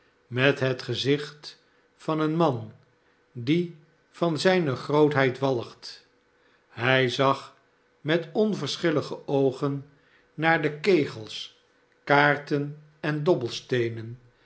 met het gezicht van een man die van zijne grootheid walgt hij zag met onverschillige oogen naar kegels kaarten en dobbelsteenen